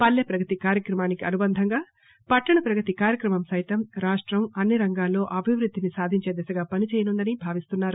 పల్లో ప్రగతి కార్యక్రమానికి అనుబంధంగా పట్టణ ప్రగతి కార్యక్రమం సైతం రాష్టం అన్ని రంగాల్లో అభివృద్ది సాధించే దిశగా పని చేయనుందని భావిస్తున్నారు